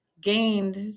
gained